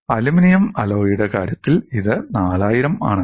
aluminium അലോയിയുടെ കാര്യത്തിൽ ഇത് 4000 ആണ്